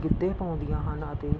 ਗਿੱਧੇ ਪਾਉਂਦੀਆਂ ਹਨ ਅਤੇ